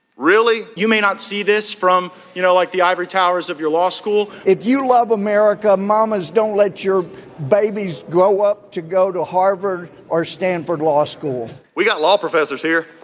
really? you may not see this from, you know, like the ivory towers of your law school if you love america mamas, don't let your babies grow up to go to harvard or stanford law school we got law professors here.